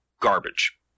garbage